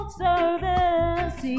service